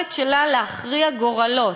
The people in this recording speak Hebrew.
היכולת שלה להכריע גורלות,